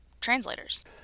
translators